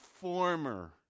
former